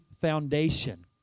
foundation